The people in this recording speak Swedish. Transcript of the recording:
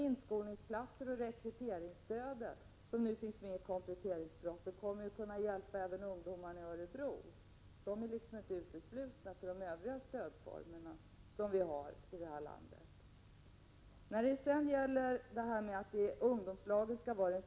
Inskolningsplatserna och rekryteringsstödet, som finns upptagna i kompletteringspropositionen, kommer att kunna hjälpa även ungdomarna i Örebro. De är naturligtvis inte uteslutna från de övriga stödformer som vi har i det här landet. Sedan om ungdomslagen.